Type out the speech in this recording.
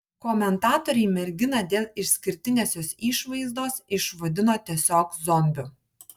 komentatoriai merginą dėl išskirtinės jos išvaizdos išvadino tiesiog zombiu